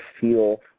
feel